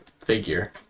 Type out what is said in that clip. figure